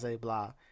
blah